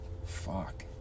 Fuck